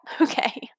Okay